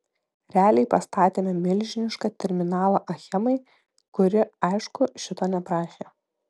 realiai pastatėme milžinišką terminalą achemai kuri aišku šito neprašė